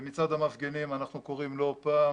ומצד המפגינים אנחנו קוראים לא פעם,